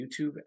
youtube